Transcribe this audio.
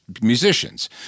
musicians